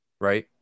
right